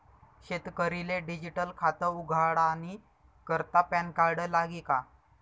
शेतकरीले डिजीटल खातं उघाडानी करता पॅनकार्ड लागी का?